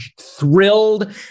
thrilled